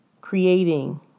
creating